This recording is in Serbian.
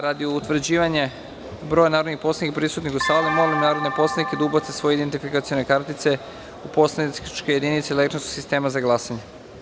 Radi utvrđivanja broja narodnih poslanika prisutnih u sali, molim narodne poslanike da ubace svoje identifikacione kartice u poslaničke jedinice elektronskog sistema za glasanje.